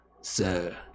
sir